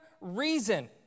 reason